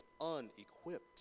unequipped